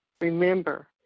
Remember